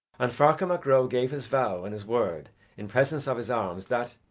and ferchar mac ro gave his vow and his word in presence of his arms that,